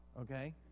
okay